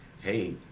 hey